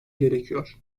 gerekiyor